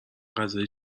غذا